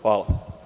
Hvala.